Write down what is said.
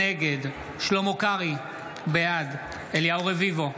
נגד שלמה קרעי, בעד אליהו רביבו,